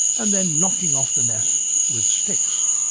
and then knocking off the nests with sticks.